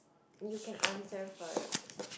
you can answer first